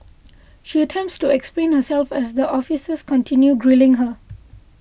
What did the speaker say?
she attempts to explain herself as the officers continue grilling her